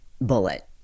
bullet